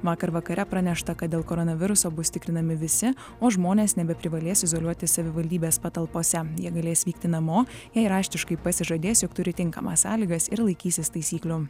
vakar vakare pranešta kad dėl koronaviruso bus tikrinami visi o žmonės nebeprivalės izoliuotis savivaldybės patalpose jie galės vykti namo jei raštiškai pasižadės jog turi tinkamas sąlygas ir laikysis taisyklių